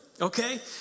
okay